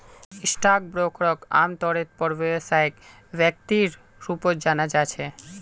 stock ब्रोकरक आमतौरेर पर व्यवसायिक व्यक्तिर रूपत जाना जा छे